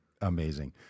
Amazing